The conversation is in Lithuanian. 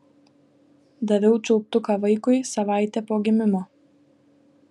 daviau čiulptuką vaikui savaitė po gimimo